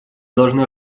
должны